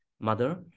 mother